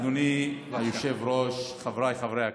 אדוני היושב-ראש, חבריי חברי הכנסת,